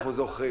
אנחנו זוכרים.